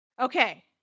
Okay